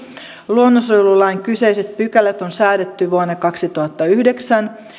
luonnonsuojelulain kyseiset pykälät on säädetty vuonna kaksituhattayhdeksän